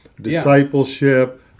discipleship